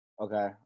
okay